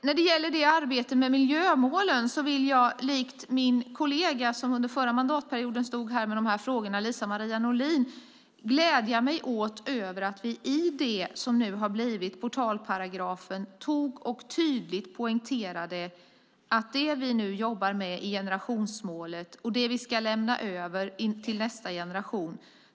När det gäller arbetet med miljömålen vill jag likt min kollega, Liza-Maria Norlin, som under förra mandatperioden stod här med de här frågorna, glädja mig åt att vi i det som nu har blivit portalparagraf tydligt poängterade att det vi nu jobbar med är generationsmålet och det som vi ska lämna över till nästa generation.